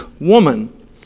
woman